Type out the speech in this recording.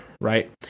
right